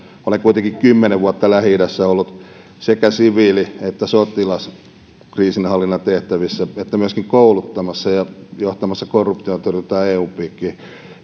olen kuitenkin kymmenen vuotta lähi idässä ollut sekä siviili että sotilaskriisinhallinnan tehtävissä ja myös kouluttamassa ja johtamassa korruptiontorjuntaa eun piikkiin